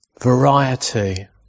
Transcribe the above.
Variety